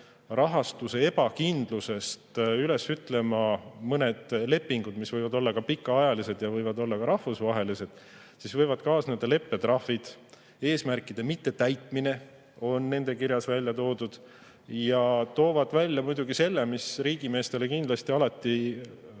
rahastuse ebakindluse tõttu üles ütlema mõned lepingud, mis võivad olla ka pikaajalised ja võivad olla ka rahvusvahelised, siis võivad kaasneda leppetrahvid. Eesmärkide mittetäitmine on nende kirjas välja toodud. Ja nad toovad välja ka [ohu], mis riigimeestele kindlasti alati